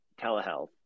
telehealth